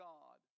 God